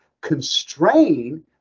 constrain